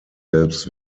selbst